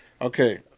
Okay